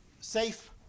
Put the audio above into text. safe